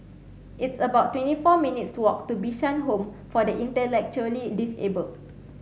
it's about twenty four minutes' walk to Bishan Home for the Intellectually Disabled